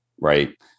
right